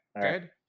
Good